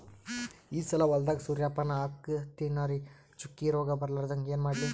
ಈ ಸಲ ಹೊಲದಾಗ ಸೂರ್ಯಪಾನ ಹಾಕತಿನರಿ, ಚುಕ್ಕಿ ರೋಗ ಬರಲಾರದಂಗ ಏನ ಮಾಡ್ಲಿ?